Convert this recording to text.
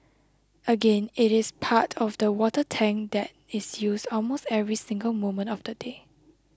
again it is part of the water tank that is used almost every single moment of the day